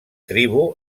tribu